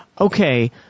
okay